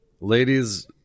Ladies